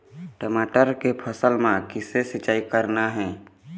टमाटर के फसल म किसे सिचाई करना ये?